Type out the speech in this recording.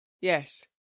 Yes